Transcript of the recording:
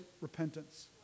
repentance